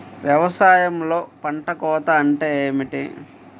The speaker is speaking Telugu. వ్యవసాయంలో పంట కోత అంటే ఏమిటి?